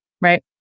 right